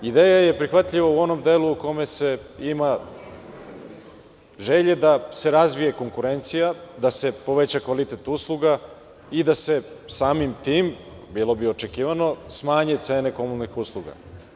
Ideja je prihvatljiva u onom delu u kome ima želje da se razvije konkurencija, da se poveća kvalitet usluga i da se samim tim, bilo bi očekivano, smanje cene komunalnih usluga.